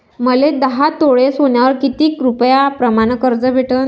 मले दहा तोळे सोन्यावर कितीक रुपया प्रमाण कर्ज भेटन?